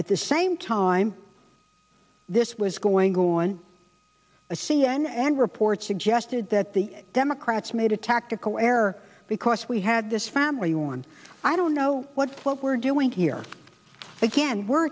at the same time this was going on a c n n report suggested that the democrats made a tactical error because we had this family on i don't know what folk were doing here again we're